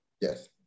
Yes